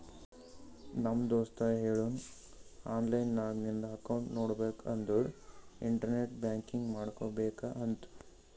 ನಮ್ ದೋಸ್ತ ಹೇಳುನ್ ಆನ್ಲೈನ್ ನಾಗ್ ನಿಂದ್ ಅಕೌಂಟ್ ನೋಡ್ಬೇಕ ಅಂದುರ್ ಇಂಟರ್ನೆಟ್ ಬ್ಯಾಂಕಿಂಗ್ ಮಾಡ್ಕೋಬೇಕ ಅಂತ್